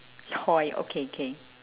toy okay okay